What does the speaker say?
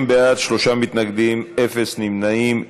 30 בעד, שלושה מתנגדים, אין נמנעים.